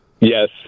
Yes